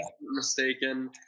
mistaken